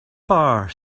bar